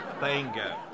bingo